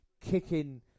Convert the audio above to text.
kicking